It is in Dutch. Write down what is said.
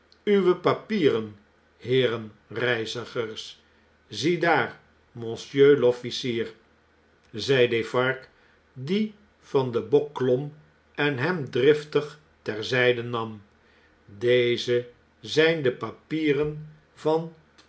uwe papieren heeren reizigers ziedaar monsieur zei defarge die van den bok klom en hem driftig ter zijde nam deze zijn de papieren van